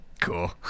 Cool